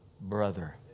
brother